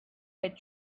had